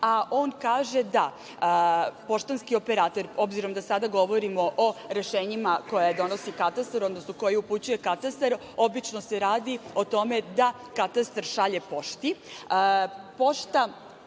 a on kaže da poštanski operater, obzirom da sada govorimo o rešenjima koje donosi katastar, odnosno koji upućuje katastar, obično se radi o tome da katastar šalje pošti,